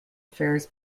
affairs